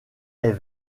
est